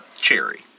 cherry